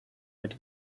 mit